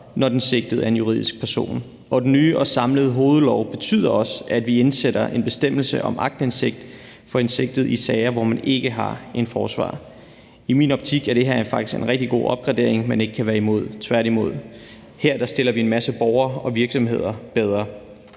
når den sigtede er en juridisk person. Den nye og samlede hovedlov betyder også, at vi indsætter en bestemmelse om aktindsigt for en sigtet i sager, hvor man ikke har en forsvarer. I min optik er det her faktisk en rigtig god opgradering, man ikke kan være imod, tværtimod. Her stiller vi en masse borgere og virksomheder bedre.